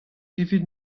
evit